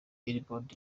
billboard